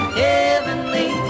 heavenly